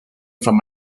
from